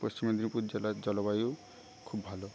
পশ্চিম মেদিনীপুর জেলার জলবায়ু খুব ভালো